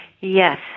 Yes